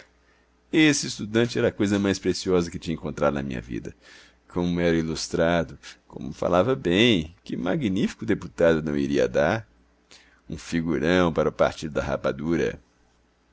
esse estudante era a coisa mais preciosa que tinha encontrado na minha vida como era ilustrado como falava bem que magnífico deputado não iria dar um figurão para o partido da rapadura